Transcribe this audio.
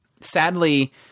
Sadly